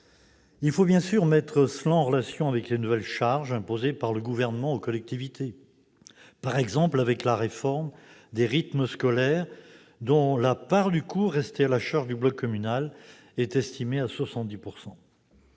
Il faut bien sûr mettre cet effort en relation avec les nouvelles charges imposées par le Gouvernement aux collectivités locales, par exemple, avec la réforme des rythmes scolaires dont la part du coût restée à la charge du bloc communal est estimée à 70 %.